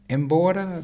Embora